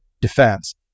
defense